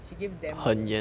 she gave damn low